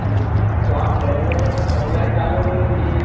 जी जी तो आप पेमेन्ट ऑनलाइन डालोगे कि